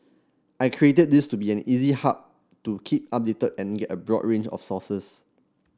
I created this to be an easy hub to keep updated and get a broad range of sources